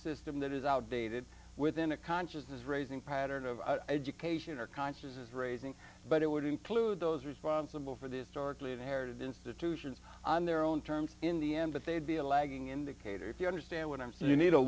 system that is outdated within a consciousness raising pattern of education or consciousness raising but it would include those responsible for this or cleave heritage institutions on their own terms in the end but they'd be a lagging indicator if you understand what i'm saying you need a